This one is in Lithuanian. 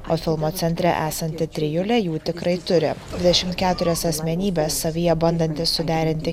o filmo centre esanti trijulė jų tikrai turi dvidešimt keturias asmenybes savyje bandantis suderinti